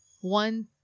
one